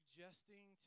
Suggesting